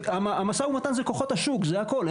והמשא ומתן אלה כוחות השוק, זה הכל.